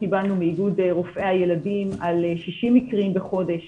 קיבלנו מאיגוד רופאי הילדים על 60 מקרים בחודש